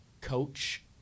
coach